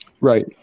right